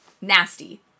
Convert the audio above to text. Nasty